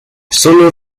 sólo